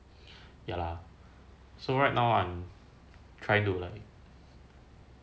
ya lah so right now I'm trying to like